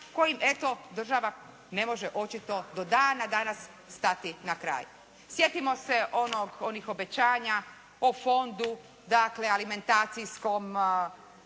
kojim eto država ne može očito do dana danas stati na kraj. Sjetimo se onih obećanja o fondu, dakle alimentacijskom,